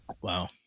Wow